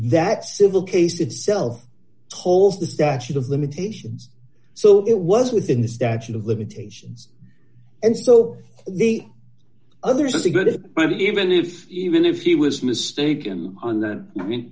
that civil case itself holds the statute of limitations so it was within the statute of limitations and so the other is a good i mean even if even if he was mistaken on i mean